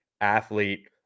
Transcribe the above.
athlete